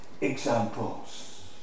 examples